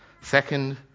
Second